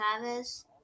Travis